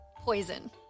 Poison